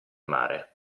mare